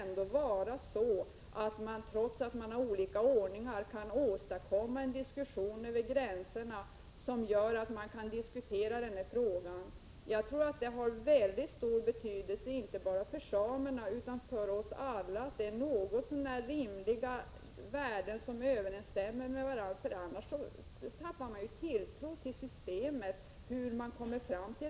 Nog måste man väl, trots att man har olika beslutsordningar, kunna åstadkomma en diskussion om den här frågan över gränserna. Jag tror att det har väldigt stor betydelse inte bara för samerna utan för oss alla att vi får något så när rimliga riktvärden som överensstämmer med varandra. Annars tappar vi tilltron till systemet och till hur man räknar fram riktvärdena.